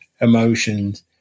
emotions